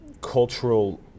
cultural